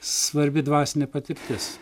svarbi dvasinė patirtis